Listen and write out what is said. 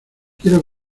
quiero